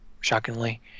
shockingly